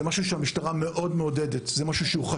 זה משהו שהמשטרה מעודדת מאוד, זה חשוב